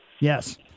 Yes